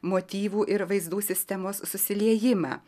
motyvų ir vaizdų sistemos susiliejimą